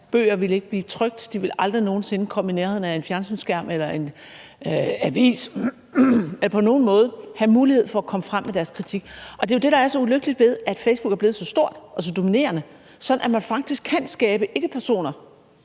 bøger ville ikke blive trykt, og de ville aldrig nogen sinde komme i nærheden af en fjernsynsskærm eller en avis eller på nogen måde have mulighed for at komme frem med deres kritik. Det er jo det, der er så ulykkeligt ved, at Facebook er blevet så stor og dominerende, sådan at man faktisk kan skabe ikkepersoner